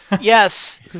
yes